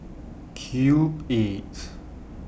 Cube eight